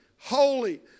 holy